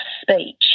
speech